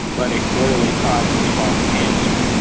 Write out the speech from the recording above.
but it clearly causes lung cancer.